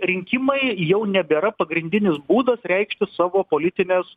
rinkimai jau nebėra pagrindinis būdas reikšti savo politines